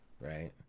right